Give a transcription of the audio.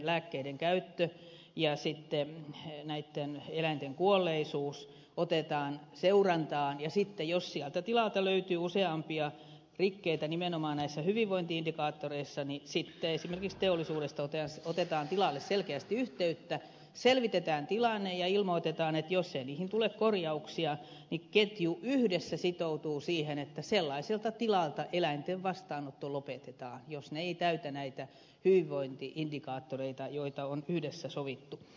lääkkeiden käyttö ja eläinten kuolleisuus otetaan seurantaan ja sitten jos sieltä tilalta löytyy useampia rikkeitä nimenomaan näissä hyvinvointi indikaattoreissa niin sitten esimerkiksi teollisuudesta otetaan tilalle selkeästi yhteyttä selvitetään tilanne ja ilmoitetaan että jos ei niihin tule korjauksia niin ketju yhdessä sitoutuu siihen että sellaiselta tilalta eläinten vastaanotto lopetetaan jos se ei täytä näitä hyvinvointi indikaattoreita joista on yhdessä sovittu